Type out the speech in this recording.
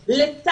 אליהם.